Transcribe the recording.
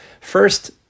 first